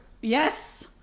Yes